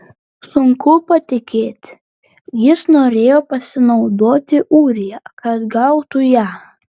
sunku patikėti jis norėjo pasinaudoti ūrija kad gautų ją